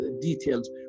details